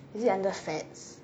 is it under fats